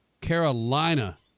Carolina